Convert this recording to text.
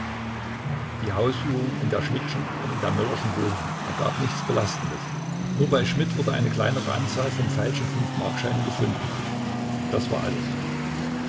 die haussuchung in der schmidtschen und in der möllerschen wohnung ergab nichts belastendes nur bei schmidt wurde eine kleinere anzahl von falschen fünfmarkscheinen gefunden das war alles